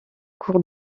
cours